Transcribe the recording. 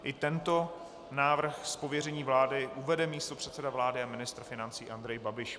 I tento návrh z pověření vlády uvede místopředseda vlády a ministr financí Andrej Babiš.